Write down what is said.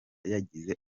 yagize